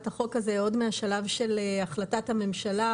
החוק הזאת עוד מהשלב של החלטת הממשלה,